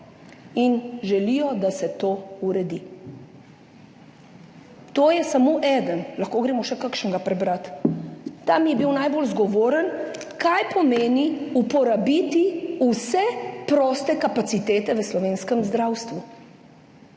in želijo, da se to uredi. To je samo eden, lahko gremo še kakšnega prebrati. Ta mi je bil najbolj zgovoren, kaj pomeni uporabiti vse proste kapacitete v slovenskem zdravstvu.